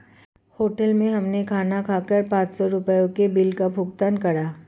hotel में हमने खाना खाकर पाँच सौ रुपयों के बिल का भुगतान करा